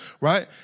right